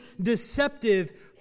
deceptive